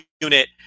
unit